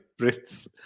Brits